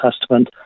Testament